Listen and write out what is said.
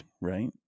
right